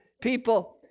people